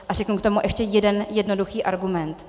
A řeknu k tomu ještě jeden jednoduchý argument.